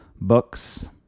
books